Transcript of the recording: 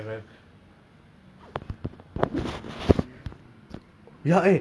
eh you want to have another one called err nasi goreng pattaya it means we've we have moved there